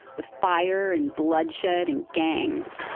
with fire and bloodshed and gangs.